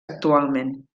actualment